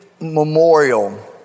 Memorial